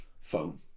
phone